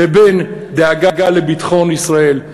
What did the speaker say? לבין דאגה לביטחון ישראל,